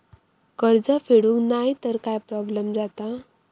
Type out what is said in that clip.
कर्ज फेडूक नाय तर काय प्रोब्लेम जाता?